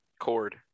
Cord